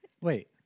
Wait